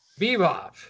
Bebop